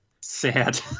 sad